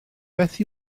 beth